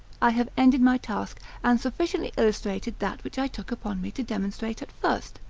i have ended my task, and sufficiently illustrated that which i took upon me to demonstrate at first.